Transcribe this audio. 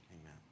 Amen